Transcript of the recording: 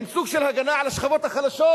היא סוג של הגנה על השכבות החלשות,